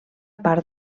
part